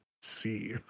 see